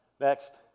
next